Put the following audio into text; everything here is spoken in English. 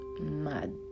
mad